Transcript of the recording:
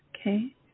Okay